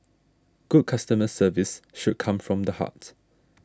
good customer service should come from the heart